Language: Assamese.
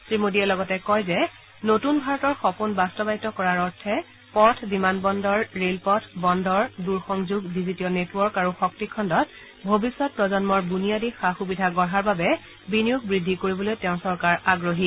শ্ৰীমোডীয়ে লগতে কয় যে নতুন ভাৰতৰ সপোন বাস্তৱায়িত কৰাৰ অৰ্থে পথ বিমান বন্দৰ ৰেলপথ বন্দৰ দূৰ সংযোগ ডিজিটীয় নেটৱৰ্ক আৰু শক্তি খণ্ডত ভৱিষ্যত প্ৰজন্মৰ বুনিয়াদী সা সুবিধা গঢ়াৰ বাবে বিনিয়োগ বৃদ্ধি কৰিবলৈ তেওঁৰ চৰকাৰ আগ্ৰহী